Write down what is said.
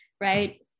right